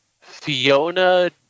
Fiona